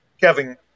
Kevin